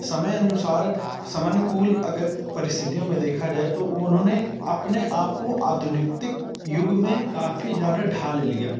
समय अनुसार समयानुकूल अगर परिस्थितियों में देखा जाए तो उन्होंने अपने आप को आधुनिकतिक युग में काफ़ी ज़्यादा ढाल लिया